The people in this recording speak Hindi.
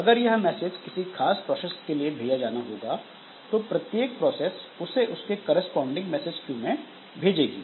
अगर यह मैसेज किसी खास प्रोसेस के लिए भेजा जाना होगा तो प्रत्येक प्रोसेस उसे उसके कॉरस्पॉडिंग मैसेज क्यू में भेजेगी